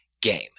game